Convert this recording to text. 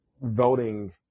voting